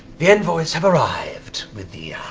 the envoys have arrived with the